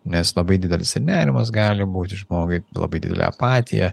nes labai didelis ir nerimas gali būti žmogui labai didelė apatija